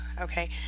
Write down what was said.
Okay